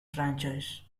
franchise